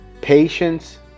Patience